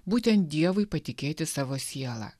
būtent dievui patikėti savo sielą